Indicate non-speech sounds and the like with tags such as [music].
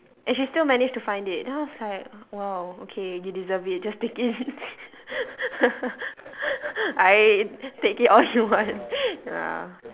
and she still managed to find it then I was like !wow! okay you deserve it just take it [laughs] I take it all you want [laughs] ya